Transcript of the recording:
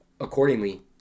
accordingly